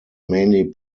mainly